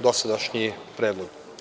dosadašnji predlog.